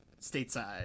stateside